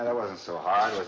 and wasn't so hard.